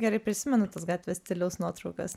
gerai prisimenu tas gatvės stiliaus nuotraukas